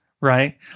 right